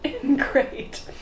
Great